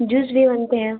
juice भी बनते हैं